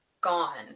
gone